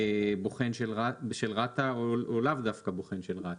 בוחן של רת"א או לאו דווקא בוחן של רת"א.